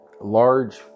large